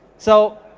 so,